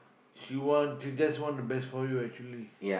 she want she just want the best for you actually